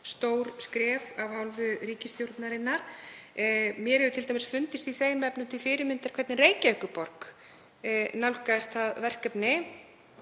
stór skref af hálfu ríkisstjórnarinnar. Mér hefur t.d. fundist í þeim efnum til fyrirmyndar hvernig Reykjavíkurborg nálgaðist það verkefni